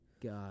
God